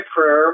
prayer